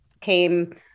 came